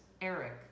Eric